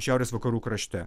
šiaurės vakarų krašte